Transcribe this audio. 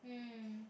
mm